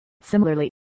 Similarly